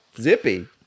Zippy